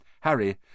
Harry